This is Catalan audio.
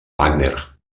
wagner